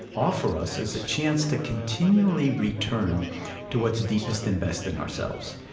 offer us is a chance to continually return to what's deepest and best in ourselves.